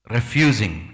Refusing